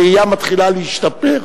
הראייה מתחילה להשתפר.